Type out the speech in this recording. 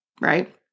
right